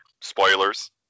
spoilers